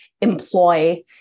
employ